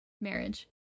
marriage